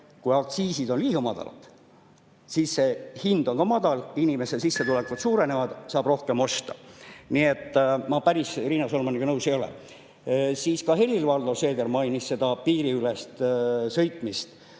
kui aktsiisid on liiga madalad, siis on hind ka madal, inimeste sissetulekud suurenevad, saab rohkem osta. Nii et ma Riina Solmaniga päris nõus ei ole. Ka Helir-Valdor Seeder mainis seda piiriülest sõitmist.